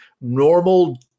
normal